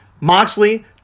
Moxley